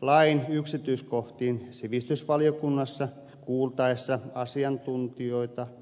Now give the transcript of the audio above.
lain yksityiskohtiin sivistysvaliokunnassa kuultaessa asiantuntijoita